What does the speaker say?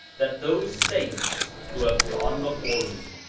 that those saints who have gone before me,